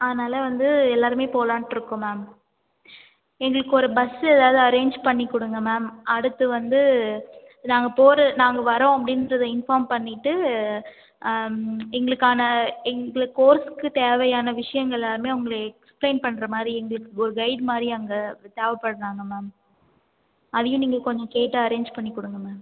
அதனால் வந்து எல்லாருமே போலாம்ட்ருக்கோம் மேம் எங்களுக்கு ஒரு பஸ் எதாவது அரேஞ் பண்ணி கொடுங்க மேம் அடுத்து வந்து நாங்கள் போகிற நாங்கள் வரோம் அப்படின்றத இன்ஃபார்ம் பண்ணிவிட்டு எங்களுக்கான எங்கள் கோர்ஸ்க்கு தேவையான விஷயங்கள எல்லாமே அவங்களை எக்ஸ்ப்ளைன் பண்ணுற மாதிரி எங்களுக்கு ஒரு கைய்டு மாதிரி அங்கே தேவைபடுறாங்க மேம் அதையும் நீங்கள் கொஞ்சம் கேட்டு அரேஞ் பண்ணி கொடுங்க மேம்